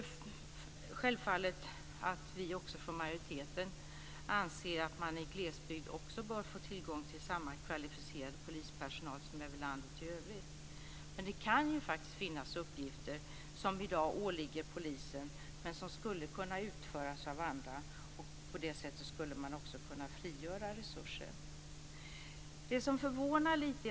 Majoriteten anser självfallet att man bör få tillgång till samma kvalificerade polispersonal i glesbygden som i landet i övrigt. Men det kan faktiskt finnas uppgifter som i dag åligger polisen som skulle kunna utföras av andra. På det sättet skulle man också kunna frigöra resurser. Det finns en sak som förvånar lite.